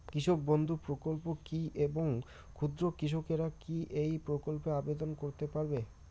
কৃষক বন্ধু প্রকল্প কী এবং ক্ষুদ্র কৃষকেরা কী এই প্রকল্পে আবেদন করতে পারবে?